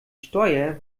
steuer